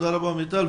תודה רבה, מיטל.